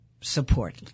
support